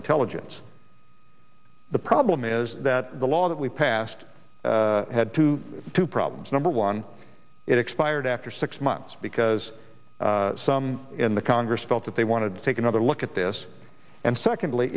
intelligence the problem is that the law that we passed had to two problems number one it expired after six months because some in the congress felt that they wanted to take another look at this and secondly